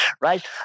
right